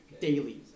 daily